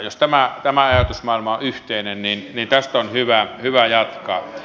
jos tämä ajatusmaailma on yhteinen niin tästä on hyvä jatkaa